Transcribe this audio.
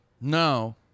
no